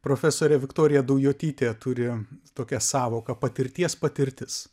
profesorė viktorija daujotytė turi tokią sąvoką patirties patirtis